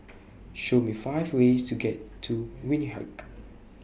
Show Me five ways to get to Windhoek